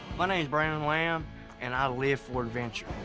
my name is brandon lamb and i live for adventure,